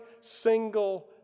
single